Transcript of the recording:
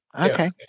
okay